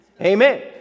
Amen